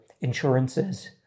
insurances